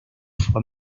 fue